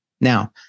Now